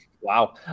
wow